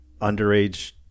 underage